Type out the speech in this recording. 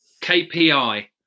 KPI